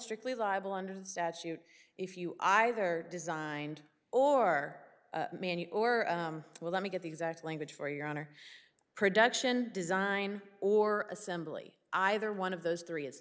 strictly liable under the statute if you either designed or manual or well let me get the exact language for your honor production design or assembly either one of those three is